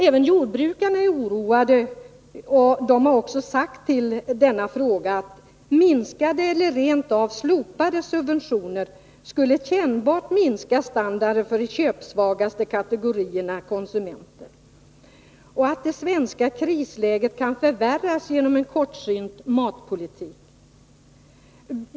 Även jordbrukarna är oroade, och de har också sagt i denna fråga att minskade eller rent av slopade subventioner kännbart skulle minska standarden för de köpsvagaste kategorierna konsumenter och att det svenska krisläget kan förvärras genom en kortsynt matpolitik.